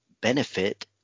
benefit